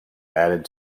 added